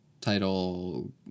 Title